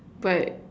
but